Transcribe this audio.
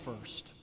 first